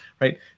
right